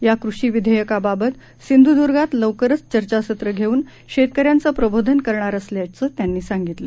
या कृषि विधेयकाबाबत सिंधुदुर्गात लवकरच चर्चासत्र घेऊन शेतक यांच प्रबोधन करणार असल्याचं त्यांनी सांगितलं